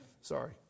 Sorry